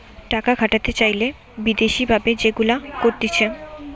টাকা খাটাতে চাইলে বিদেশি ভাবে যেগুলা করতিছে